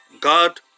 God